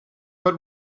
but